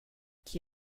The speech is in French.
qui